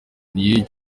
niyo